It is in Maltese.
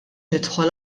nidħol